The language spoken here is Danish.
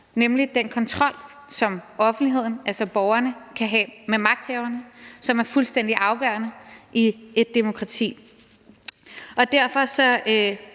nemlig den kontrol, som offentligheden, altså borgerne, kan have med magthaverne, og som er fuldstændig afgørende i et demokrati. Derfor